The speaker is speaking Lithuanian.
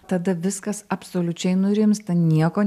tada viskas absoliučiai nurimsta nieko